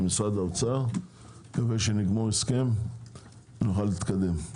נקווה שנגמור הסכם ונוכל להתקדם.